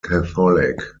catholic